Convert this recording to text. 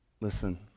Listen